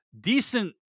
decent